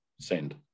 send